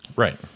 Right